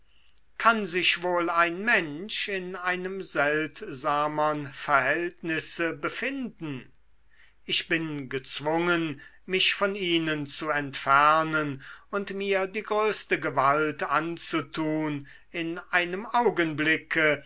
kann sich wohl ein mensch in einem seltsamern verhältnisse befinden ich bin gezwungen mich von ihnen zu entfernen und mir die größte gewalt anzutun in einem augenblicke